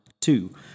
two